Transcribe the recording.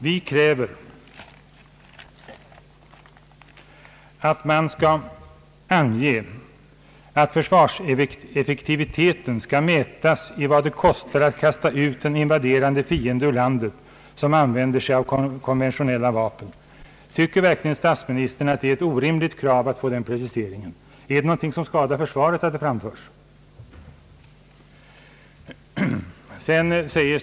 Vi kräver att man skall ange att försvarseffektiviteten skall mätas i vad det kostar att kasta ut en invaderande fiende som använder sig av konventionella vapen. Tycker verkligen statsministern att det är ett orimligt krav att få den preciseringen? Skadar det försvaret att det kravet framförs?